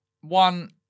One